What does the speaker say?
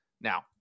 now